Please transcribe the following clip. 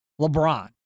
LeBron